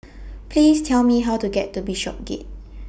Please Tell Me How to get to Bishopsgate